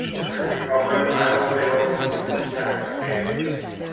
and we're going to be covering iowa sales and use tax basics.